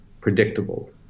predictable